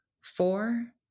four